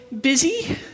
busy